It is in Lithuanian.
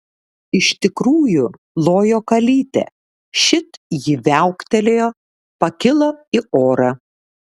iš tikrųjų lojo kalytė šit ji viauktelėjo pakilo į orą